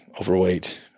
overweight